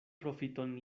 profiton